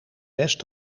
best